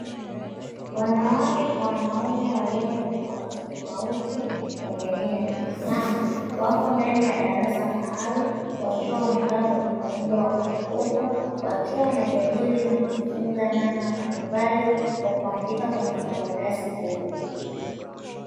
Wanawake kwa wanaume wa rika tofauti tofauti wa jamii ya kiislaamu, wako ndani ya darasa maalum wakiwa wamekaa kwenye muundo wa mzunguko wakiwa wanajadili na kujifunza namna mbalimbali kwa kuandika kwenye karatasi kubwa.